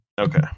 Okay